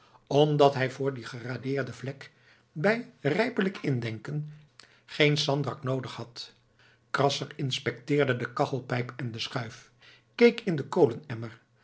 omdat hij voor die geradeerden vlek bij rijpelijk indenken geen sandrak noodig had krasser inspecteerde de kachelpijp en de schuif keek in den